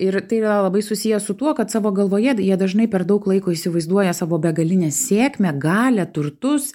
ir tai labai susiję su tuo kad savo galvoje jie dažnai per daug laiko įsivaizduoja savo begalinę sėkmę galią turtus